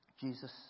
Jesus